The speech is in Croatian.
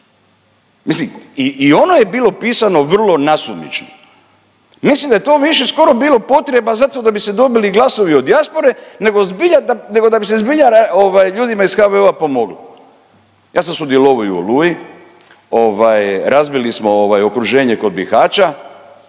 Mislim i ono je bilo pisano vrlo nasumično. Mislim da je to više skoro bilo potreba zato da bi se dobili glasovi od dijaspore, nego da bi se zbilja ljudima iz HVO-a pomoglo. Ja sam sudjelovao i u Oluji. Razbili smo okruženje kod Bihaća.